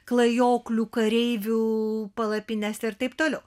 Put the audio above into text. klajoklių kareivių palapinėse ir taip toliau